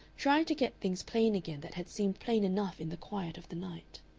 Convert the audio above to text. trying to get things plain again that had seemed plain enough in the quiet of the night.